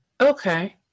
Okay